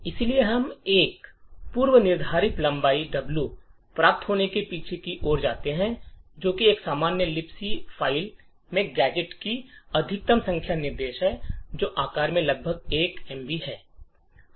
इसलिए हम एक पूर्वनिर्धारित लंबाई W प्राप्त होने तक पीछे की ओर जाते रहते हैं जो कि एक सामान्य लिबक फ़ाइल में गैजेट की अधिकतम संख्या निर्देश है जो आकार में लगभग 1 एमबी है